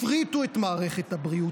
הפריטו את מערכת הבריאות.